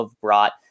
brought